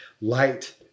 light